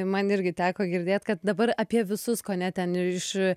man irgi teko girdėt kad dabar apie visus kone ten iš